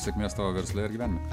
sėkmės tavo versle ir gyvenime